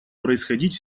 происходить